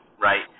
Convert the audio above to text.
right